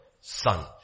son